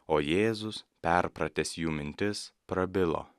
o jėzus perpratęs jų mintis prabilo